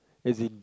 as in